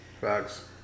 Facts